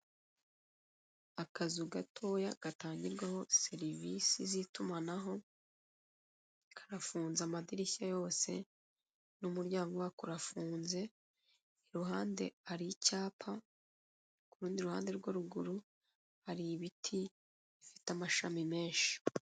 Akazu gatoya, gatangirwaho serivisi z'itumanaho, karafunze amadirishya yose, n'umuryango wako urafunze, iruhande hari icyapa, ku rundi ruhande rwo ruguru hari ibiti, bifite amashami menshi.